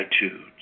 attitudes